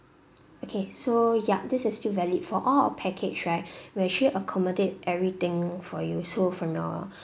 okay so yup this is still valid for all our package right we actually accommodate everything for you so from your